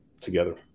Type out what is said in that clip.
together